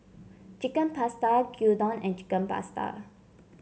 Chicken Pasta Gyudon and Chicken Pasta